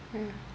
mm